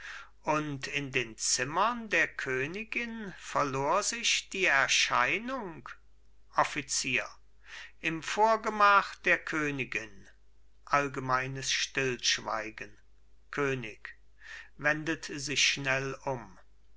und in den zimmern der königin verlor sich die erscheinung offizier im vorgemach der königin allgemeines stillschweigen könig wendet sich schnell um